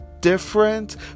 different